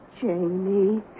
Jamie